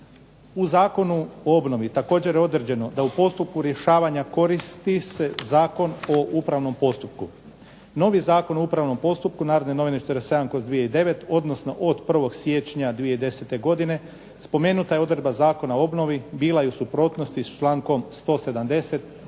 U Zakonu o obnovi također je određeno da u postupku rješavanja koristi se Zakon o upravnom postupku. Novi Zakon o upravnom postupku "Narodne novine" 4//2009. odnosno od 1. siječnja 2010. godine spomenuta odredba Zakona o obnovi bila je u suprotnosti s člankom 170.